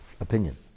opinion